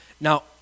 Now